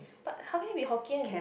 but how can it be Hokkien